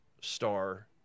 star